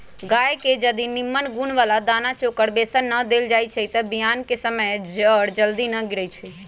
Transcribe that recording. गाय के जदी निम्मन गुण बला दना चोकर बेसन न देल जाइ छइ तऽ बियान कें समय जर जल्दी न गिरइ छइ